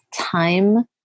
time